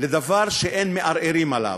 לדבר שאין מערערים עליו?